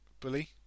Bully